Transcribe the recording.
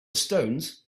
stones